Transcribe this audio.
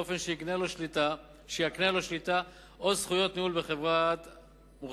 באופן שיקנה לו שליטה או זכויות ניהול בחברה מוחזקת,